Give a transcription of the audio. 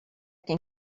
can